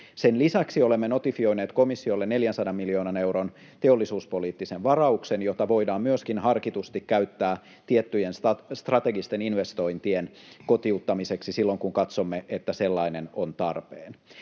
Sen lisäksi olemme notifioineet komissiolle 400 miljoonan euron teollisuuspoliittisen varauksen, jota voidaan myöskin harkitusti käyttää tiettyjen strategisten investointien kotiuttamiseksi silloin kun katsomme, että sellainen on tarpeen.